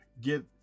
get